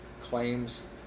claims